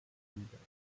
gegliedert